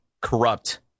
corrupt